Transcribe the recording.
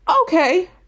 okay